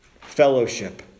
fellowship